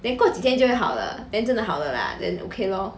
then 过几天就会好了 then 真的好了 lah then okay lor